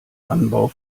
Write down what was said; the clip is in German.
anbau